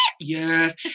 Yes